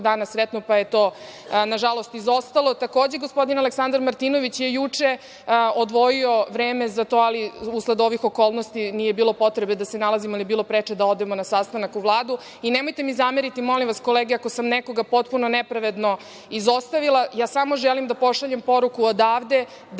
pa je to, nažalost, izostalo. Takođe, gospodin Aleksandar Martinović je juče odvojio vreme za to, ali usled ovih okolnosti nije bilo potrebe da se nalazimo, jer je bilo preče da odemo na sastanak u Vladu. Nemojte mi zameriti, molim vas, kolege, ako sam nekoga potpuno nepravedno izostavila. Ja samo želim da pošaljem poruku odavde